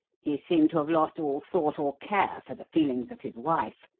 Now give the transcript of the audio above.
he seemed to have lost all thought or care for the feelings of his wife,